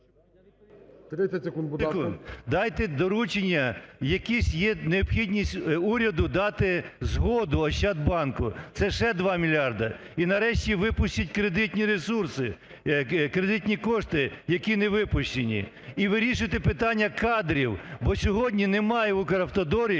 Дайте доручення. Якісь є, необхідність уряду дати згоду "Ощадбанку". Це ще два мільярда. І нарешті, випустіть кредитні ресурси, кредитні кошти, які не випущені. І вирішити питання кадрів. Бо сьогодні немає в Укравтодорі